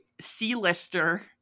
C-lister